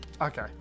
Okay